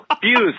views